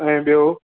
ऐं ॿियो